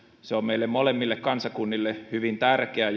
se on meille molemmille kansakunnille hyvin tärkeä